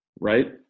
right